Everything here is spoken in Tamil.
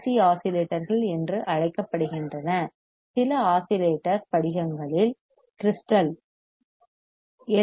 சி LC ஆஸிலேட்டர்கள் என்று அழைக்கப்படுகின்றன சில ஆஸிலேட்டர்ஸ் படிகங்களில் crystal கிரிஸ்டல் எல்